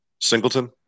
Singleton